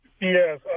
Yes